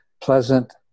pleasant